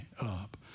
up